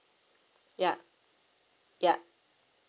ya ya